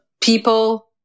people